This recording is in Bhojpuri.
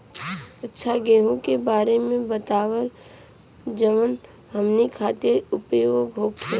अच्छा गेहूँ के बारे में बतावल जाजवन हमनी ख़ातिर उपयोगी होखे?